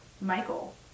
Michael